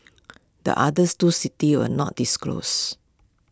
the others two cities were not disclosed